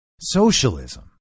Socialism